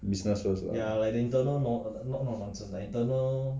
business first ah